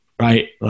right